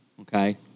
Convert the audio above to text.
Okay